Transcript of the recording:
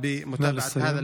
) נא לסיים.